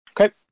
Okay